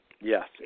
Yes